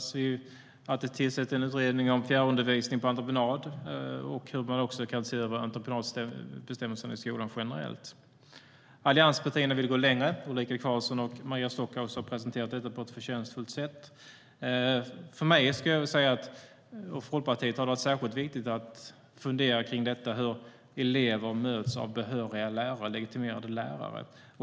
Vi vill se att det tillsätts en utredning om fjärrundervisning på entreprenad, och man bör också se över entreprenadbestämmelserna i skolan generellt. Allianspartierna vill gå längre. Ulrika Carlsson och Maria Stockhaus har presenterat detta på ett förtjänstfullt sätt. För mig och Folkpartiet har det varit särskilt viktigt att fundera på hur elever möts av behöriga och legitimerade lärare.